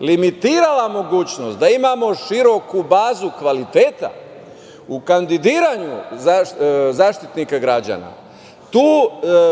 limitirala mogućnost da imamo široku bazu kvaliteta u kandidovanju Zaštitnika građana, tu